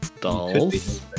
Dolls